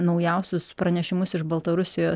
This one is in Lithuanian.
naujausius pranešimus iš baltarusijos